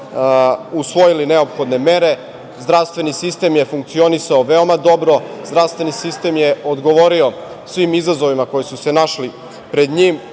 usvojili neophodne mere. Zdravstveni sistem je funkcionisao veoma dobro, zdravstveni sistem je odgovorio svim izazovima koji su se našli pred njim,